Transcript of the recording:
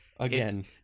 Again